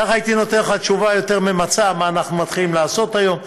ככה הייתי נותן לך תשובה יותר ממצה על מה שאנחנו מתחילים לעשות היום,